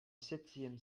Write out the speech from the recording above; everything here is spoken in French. septième